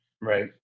Right